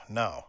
no